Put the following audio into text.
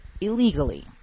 illegally